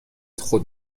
خود